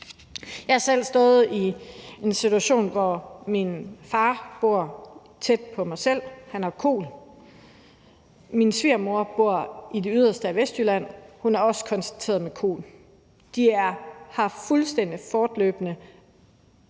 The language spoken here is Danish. Jeg har selv stået i en situation, hvor min far bor tæt på mig selv, og han har kol. Min svigermor bor i det yderste Vestjylland, og hun har også fået konstateret kol. De burde have fuldstændig fortløbende